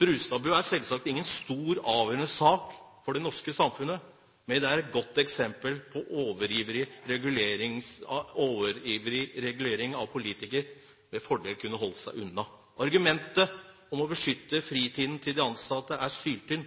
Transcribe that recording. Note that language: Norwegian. Brustad-bua er selvsagt ingen stor avgjørende sak for det norske samfunnet, men den er et godt eksempel på overivrig regulering politikere med fordel kunne holdt seg unna. Argumentet om å beskytte fritiden til de ansatte er